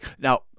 now